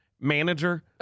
manager